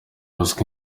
azwi